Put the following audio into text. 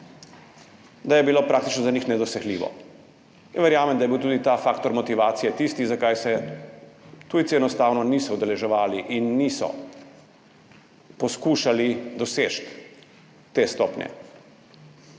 da je bilo praktično za njih nedosegljivo, in verjamem, da je bil tudi ta faktor motivacije tisti, zakaj se tujci enostavno niso udeleževali in niso poskušali doseči te stopnje.